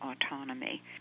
autonomy